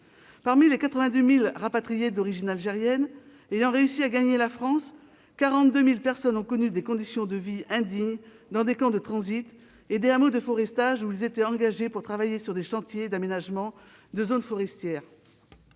Parmi les 82 000 rapatriés d'origine algérienne ayant réussi à gagner la France, 42 000 personnes ont connu des conditions de vie indignes dans des camps de transit et des hameaux de forestage, où les anciens supplétifs étaient engagés pour travailler sur des chantiers d'aménagement de zones forestières.